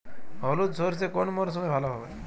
হলুদ সর্ষে কোন মরশুমে ভালো হবে?